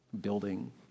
building